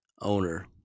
owner